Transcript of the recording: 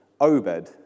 Obed